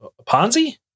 ponzi